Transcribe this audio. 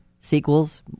sequels